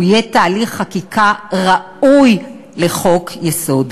הוא יהיה תהליך חקיקה ראוי לחוק-יסוד.